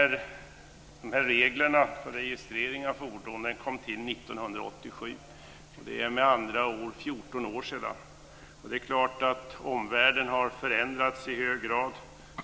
Reglerna för registrering av fordon tillkom 1987, med andra ord för 14 år sedan. Omvärlden har förändrats i hög grad.